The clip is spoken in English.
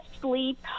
sleep